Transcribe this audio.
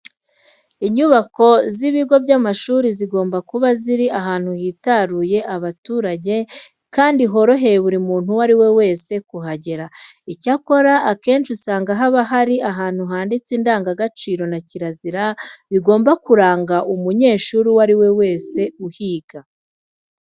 Inyubako z'ibigo by'amashuri zigomba kuba ziri ahantu hitaruye abaturage kandi horohera buri muntu uwo ari we wese kuhagera. Icyakora akenshi usanga haba hari ahantu banditse indangagaciro na kirazira bigomba kuranga umunyeshuri uwo ari we wese uhiga.